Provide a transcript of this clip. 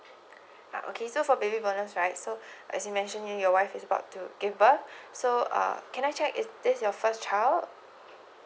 ah okay so for baby bonus right so as you mention your wife is about to give birth so uh can I check is this your first child